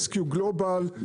אס-קיו-גלובל,